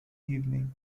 evening